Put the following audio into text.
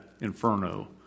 inferno